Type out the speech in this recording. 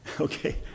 Okay